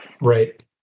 Right